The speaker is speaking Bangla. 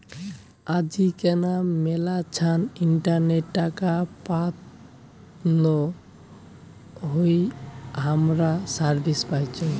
আজিকেনা মেলাছান ইন্টারনেটে টাকা পাতানো হই হামরা সার্ভিস পাইচুঙ